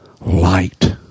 light